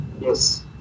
Yes